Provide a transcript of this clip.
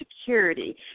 security